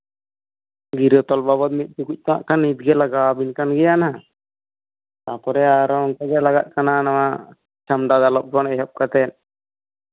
ᱜᱤᱨᱟᱹ ᱛᱚᱞ ᱵᱟᱵᱚᱫ ᱫᱚ ᱢᱤᱫ ᱴᱩᱠᱩᱡ ᱫᱚ ᱦᱟᱜ ᱱᱤᱛᱜᱮ ᱞᱟᱜᱟᱣ ᱵᱮᱱ ᱜᱮᱭᱟ ᱦᱟᱜ ᱛᱟᱯᱚᱨᱮ ᱟᱨᱚ ᱚᱱᱠᱟ ᱜᱮ ᱞᱟᱜᱟᱜ ᱠᱟᱱᱟ ᱱᱟᱜᱷ ᱪᱷᱟᱢᱰᱟ ᱫᱟᱞᱚᱵ ᱠᱷᱚᱱ ᱮᱦᱚᱵ ᱠᱟᱛᱮᱫ